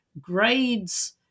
grades